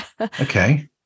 Okay